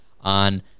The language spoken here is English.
on